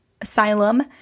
asylum